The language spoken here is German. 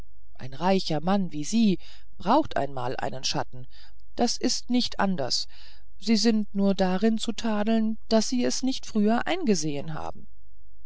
ein reicher mann wie sie braucht einmal einen schatten das ist nicht anders sie sind nur darin zu tadeln daß sie es nicht früher eingesehen haben